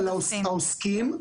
העוסקים,